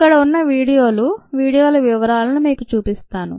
ఇక్కడ ఉన్న వీడియోలు వీడియోల వివరాలను మీకు చూపిస్తాను